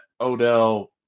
Odell